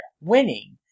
winning